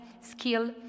skill